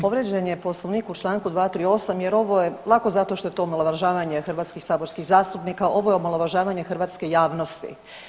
Povrijeđen je Poslovnik u čl. 238. jer ovo je, lako zato što je to omalovažavanje hrvatskih saborskih zastupnika, ovo je omalovažavanje hrvatske javnosti.